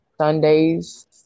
Sundays